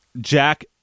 Jack